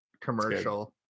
commercial